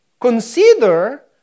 consider